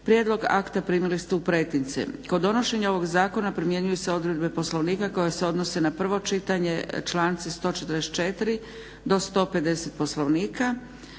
Prijedlog akta primili ste u pretince. Kod donošenja ovog zakona primjenjuju se odredbe Poslovnika koje se odnose na prvo čitanje, članci 144. do 150. Poslovnika.